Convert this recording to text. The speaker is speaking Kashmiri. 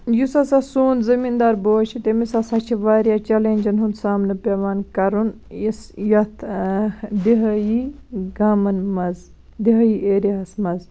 یُس ہَسا سون زٔمین دار بوے چھُ تٔمس ہَسا چھِ واریاہ چَلیجن ہُنٛد سامنہٕ پیٚوان کرُن یُس یتھ دِہٲیی گامن منٛز دِہٲیی ایریا ہس منٛز